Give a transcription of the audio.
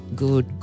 good